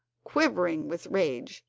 quivering with rage,